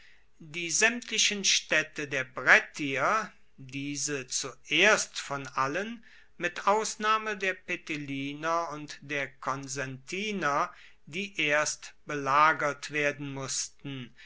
die saemtlichen staedte der brettier diese zuerst von allen mit ausnahme der peteliner und der consentiner die erst belagert werden mussten